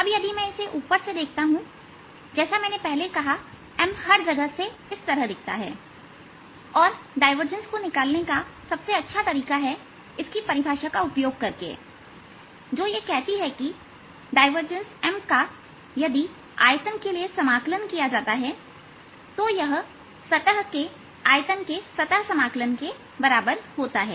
अब यदि मैं इसे ऊपर से देखता हूंजैसा मैंने पहले कहा M हर जगह से इस तरह दिखता है और डायवर्जेंस को निकालने का सबसे अच्छा तरीका है इसकी परिभाषा का उपयोग करके जो कहती है कि डायवर्जेंस M का यदि आयतन के लिए समाकलन किया जाता है तो यह सतह के आयतन के सतह समाकलन के बराबर होता है